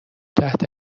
تحت